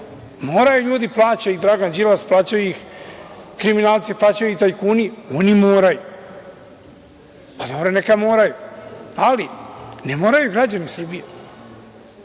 moraju ljudi, plaća ih Dragan Đilas, plaćaju ih kriminalci, plaćaju ih tajkuni, oni moraju. Pa, dobro neka moraju, ali ne moraju građani Srbije.